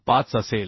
25 असेल